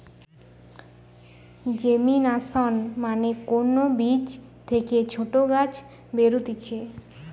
germination মানে কোন বীজ থেকে ছোট গাছ বেরুতিছে